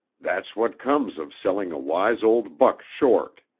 that's what comes of selling a wise old buck short.